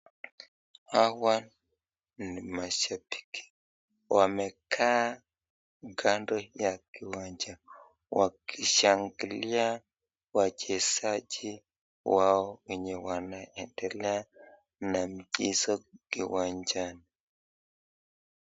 Hawa ni mashambiki, wamekaa kando ya kiwanja wakishangilia wachezaji wao wenye wanaendelea na michezo kiwanjani.